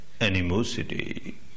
animosity